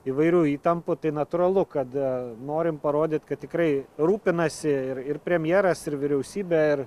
įvairių įtampų tai natūralu kad norim parodyt kad tikrai rūpinasi ir ir premjeras ir vyriausybė ir